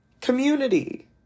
Community